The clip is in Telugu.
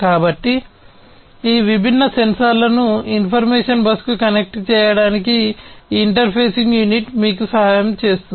కాబట్టి ఈ విభిన్న సెన్సార్లను ఇన్ఫర్మేషన్ బస్కు కనెక్ట్ చేయడానికి ఈ ఇంటర్ఫేసింగ్ యూనిట్ మీకు సహాయం చేస్తుంది